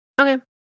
Okay